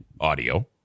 audio